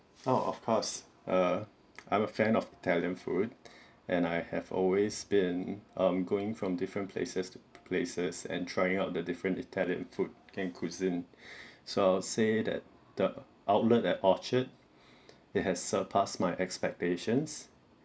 oh of course err I'm a fan of italian food and I have always been um going from different places to places and trying out the different italian food can cuisine so I'll say that the outlet at orchard it has surpassed my expectations